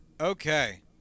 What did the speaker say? Okay